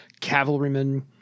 cavalrymen